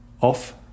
off